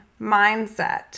mindset